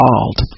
called